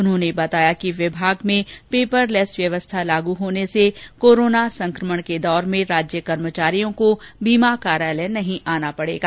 उन्होंने बताया कि विभाग में पेपरलैस व्यवस्था लागू होने से कोरोना संकमण के इस दौर में राज्य कर्मचारियों को बीमा कार्यालय नहीं आना पड़ेगा